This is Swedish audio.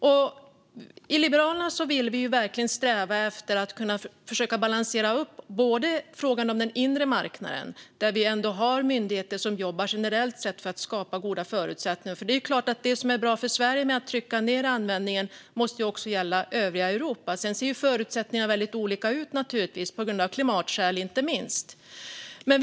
Vi i Liberalerna vill verkligen sträva efter att balansera upp frågan om den inre marknaden, där vi har myndigheter som jobbar generellt för att skapa goda förutsättningar. Det är klart att det som är bra för Sverige med att trycka ned användningen också måste gälla övriga Europa. Sedan ser förutsättningarna naturligtvis väldigt olika ut, inte minst av klimatskäl.